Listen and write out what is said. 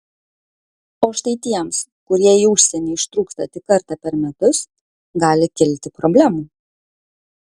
o štai tiems kurie į užsienį ištrūksta tik kartą per metus gali kilti problemų